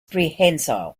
prehensile